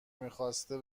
میخواسته